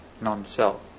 non-self